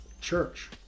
church